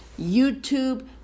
YouTube